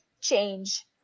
change